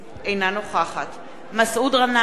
אינה נוכחת מסעוד גנאים,